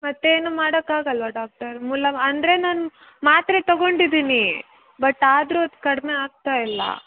ಮತ್ತೇನು ಮಾಡೋಕಾಗಲ್ವಾ ಡಾಕ್ಟರ್ ಮುಲಾಮ್ ಅಂದರೆ ನಾನು ಮಾತ್ರೆ ತಗೊಂಡಿದ್ದೀನಿ ಬಟ್ ಆದ್ರೂ ಅದು ಕಡಿಮೆ ಆಗ್ತಾಯಿಲ್ಲ